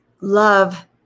love